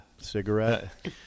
cigarette